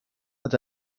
but